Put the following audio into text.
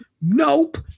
nope